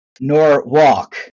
Norwalk